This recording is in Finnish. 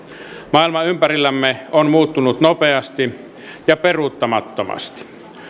maailma ympärillämme on muuttunut nopeasti ja peruuttamattomasti